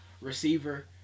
receiver